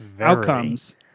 outcomes